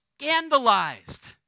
scandalized